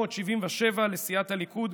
לסיעת הליכוד,